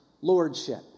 lordship